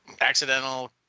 Accidental